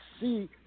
see